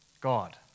God